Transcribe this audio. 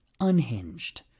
unhinged